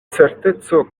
certeco